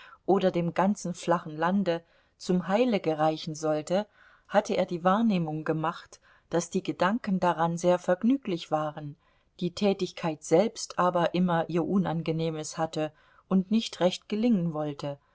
oder dem ganzen flachen lande zum heile gereichen sollte hatte er die wahrnehmung gemacht daß die gedanken daran sehr vergnüglich waren die tätigkeit selbst aber immer ihr unangenehmes hatte und nicht recht gelingen wollte